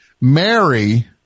Mary